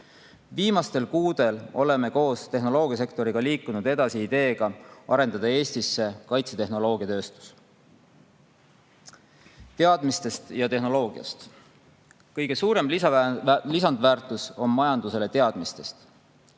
Viimastel kuudel oleme koos tehnoloogiasektoriga liikunud edasi ideega arendada Eestisse kaitsetehnoloogia tööstus. Teadmistest ja tehnoloogiast. Kõige suurem lisandväärtus [tuleb] majandusele teadmistest.